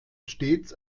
stets